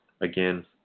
again